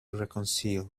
reconciled